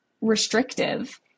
restrictive